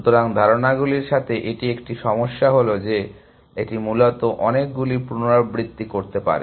সুতরাং ধারণাগুলির সাথে এটি একটি সমস্যা হল যে এটি মূলত অনেকগুলি পুনরাবৃত্তি করতে পারে